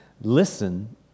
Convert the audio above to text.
listen